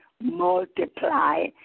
multiply